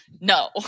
no